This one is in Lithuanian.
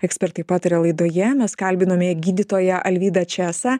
ekspertai pataria laidoje mes kalbinome gydytoją alvydą česą